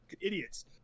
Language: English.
idiots